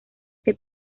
que